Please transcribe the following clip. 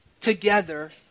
together